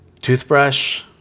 Toothbrush